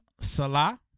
Salah